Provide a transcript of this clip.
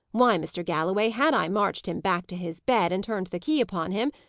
why, mr. galloway, had i marched him back to his bed and turned the key upon him,